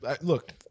Look